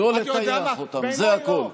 לא לטייח אותם, זה הכול.